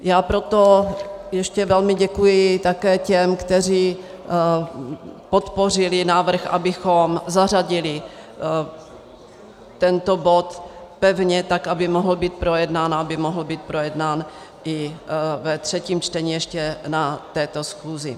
Já proto ještě velmi děkuji také těm, kteří podpořili návrh, abychom zařadili tento bod pevně, tak aby mohl být projednán a aby mohl být projednán i ve třetím čtení ještě na této schůzi.